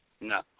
No